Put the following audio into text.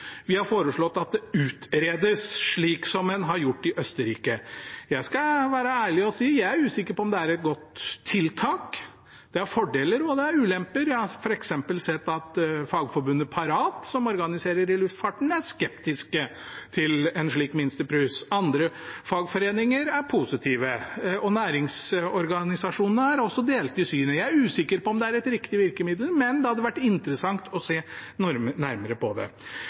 vi har foreslått at det utredes, slik en har gjort det i Østerrike. Jeg skal være ærlig og si at jeg er usikker på om det er et godt tiltak – det har fordeler, og det har ulemper. Jeg har f.eks. sett at fagforbundet Parat, som organiserer i luftfarten, er skeptiske til en slik minstepris. Andre fagforeninger er positive, og næringsorganisasjonene er også delt i synet. Jeg er usikker på om det et riktig virkemiddel, men det hadde vært interessant å se nærmere på det.